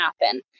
happen